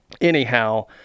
anyhow